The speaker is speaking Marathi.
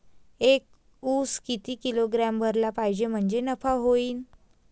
एक उस किती किलोग्रॅम भरला पाहिजे म्हणजे नफा होईन?